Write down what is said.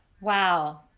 Wow